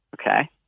Okay